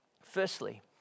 Firstly